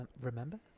remember